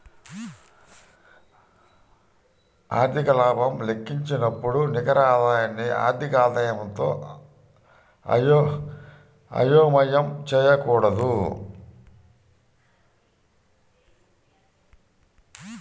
ఆర్థిక లాభం లెక్కించేటప్పుడు నికర ఆదాయాన్ని ఆర్థిక ఆదాయంతో అయోమయం చేయకూడదు